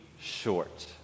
short